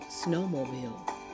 Snowmobile